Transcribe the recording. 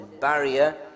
barrier